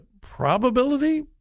probability